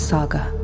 Saga